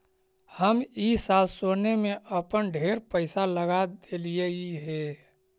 हम ई साल सोने में अपन ढेर पईसा लगा देलिअई हे